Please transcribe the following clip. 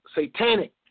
satanic